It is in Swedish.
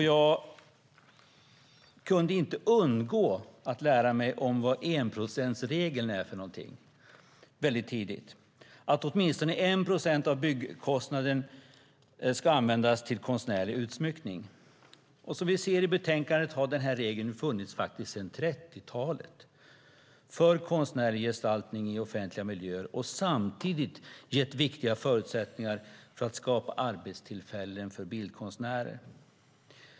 Jag kunde inte heller undgå att väldigt tidigt lära mig vad enprocentsregeln är för något: att åtminstone 1 procent av byggkostnaden ska användas till konstnärlig utsmyckning. Som vi ser i betänkandet har denna regel för konstnärlig gestaltning i offentliga miljöer funnits sedan 30-talet. Den har gett viktiga förutsättningar för att skapa arbetstillfällen för bildkonstnärer.